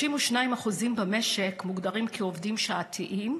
32% במשק מוגדרים כעובדים שעתיים,